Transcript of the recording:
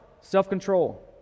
self-control